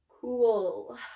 cool